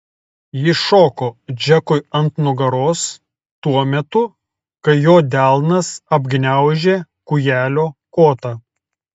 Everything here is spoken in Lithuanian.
ji šoko džekui ant nugaros tuo metu kai jo delnas apgniaužė kūjelio kotą